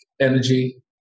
energy